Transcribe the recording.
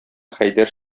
хәйдәр